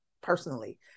personally